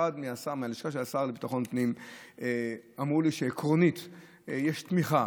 מהלשכה של השר לביטחון פנים נאמר לי שעקרונית יש תמיכה